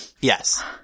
Yes